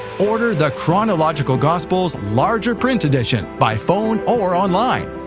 order the chronological gospels larger print edition, by phone or online.